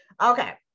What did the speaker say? Okay